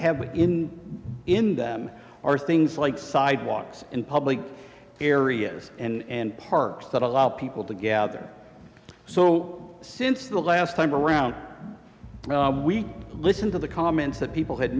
have in in them are things like sidewalks in public areas and parks that allow people to gather so since the last time around we listened to the comments that people had